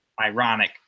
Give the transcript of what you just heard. ironic